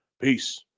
Peace